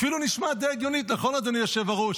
אפילו נשמעת די הגיונית, נכון, אדוני היושב-ראש?